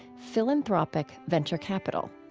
philanthropic venture capital,